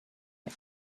and